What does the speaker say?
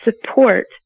support